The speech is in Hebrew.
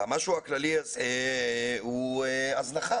והמשהו הכללי הזה הוא הזנחה